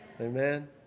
Amen